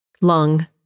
lung